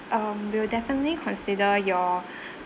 um we'll definitely consider your